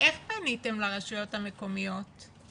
איך פניתם לרשויות המקומיות?